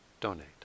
donate